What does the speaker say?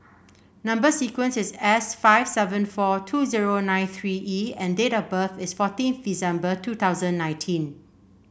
number sequence is S five seven four two zero nine three E and date of birth is fourteenth December two thousand nineteen